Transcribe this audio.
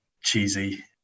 cheesy